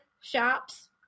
shops